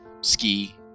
Ski